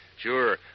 Sure